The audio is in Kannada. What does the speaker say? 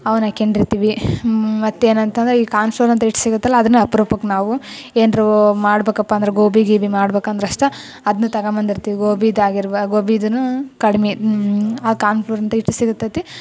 ಅವನ್ನ ಹಾಕೊಂಡಿರ್ತಿವಿ ಮತ್ತು ಏನಂತಂದರೆ ಈ ಕಾರ್ನ್ ಫ್ಲೋರ್ ಅಂತ ಹಿಟ್ ಸಿಗುತ್ತಲ್ಲ ಅದನ್ನು ಅಪ್ರೂಪಕ್ಕೆ ನಾವು ಏನರಾ ಮಾಡ್ಬೇಕಪ್ಪ ಅಂದ್ರೆ ಗೋಬಿ ಗೀಬಿ ಮಾಡ್ಬೇಕಂದ್ರ್ ಅಷ್ಟು ಅದನ್ನು ತಗೊಬಂದಿರ್ತಿವಿ ಗೋಬಿದೂ ಆಗಿರ್ಬೋ ಗೋಬಿದೂನೂ ಕಡ್ಮೆ ಆ ಕಾರ್ನ್ ಫ್ಲೋರ್ ಅಂತ ಹಿಟ್ ಸಿಗುತ್ತದೆ